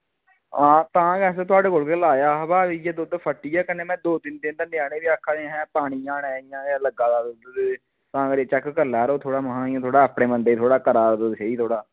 हां तां गै असें थुआढ़े कोल गै लाया हा बा इ'यै दुद्ध फट्टी गेआ कन्नै में दो तिन दिन दा ञ्यानें बी आक्खा दे अहें पानी जन इ'यां गै लग्गा दा दुद्ध ते तां करियै चेक करी लै करो थोह्ड़ा महां इ'यां अपने बंदे ई थोह्ड़ा करा करो ते स्हेई थोह्ड़ा